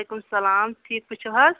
وعلیکم السلام ٹھیک پٲٹھۍ چھو حظ